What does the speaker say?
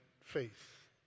faith